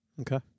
Okay